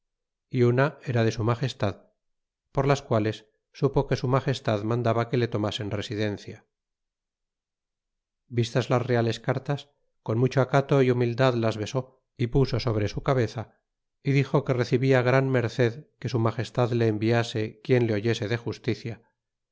y una era de su magestad por las quales supo que su magestad mandaba que le tomasen residencia y vistas las reales cartas con mucho acato o humildad las besó y puso sobre su cabeza y dixo que recibia gran merced que su magestad le enviase quien le oyese de justicia